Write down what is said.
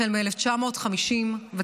החל מ-1959.